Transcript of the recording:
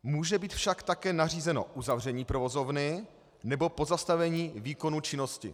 Může být však také nařízeno uzavření provozovny nebo pozastavení výkonu činnosti.